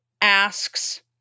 asks